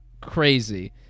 crazy